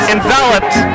enveloped